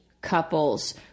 couples